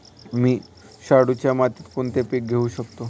मी शाडूच्या मातीत कोणते पीक घेवू शकतो?